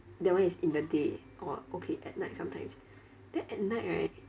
that one is in the day or okay at night sometimes then at night right